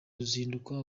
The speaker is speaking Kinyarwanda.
ruzinduko